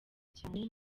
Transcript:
cyane